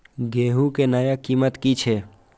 गेहूं के नया कीमत की छे?